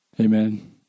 amen